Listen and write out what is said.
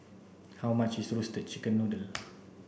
How much is roasted chicken noodle